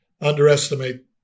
underestimate